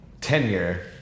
tenure